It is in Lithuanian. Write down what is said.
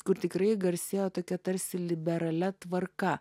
kur tikrai garsėjo tokia tarsi liberalia tvarka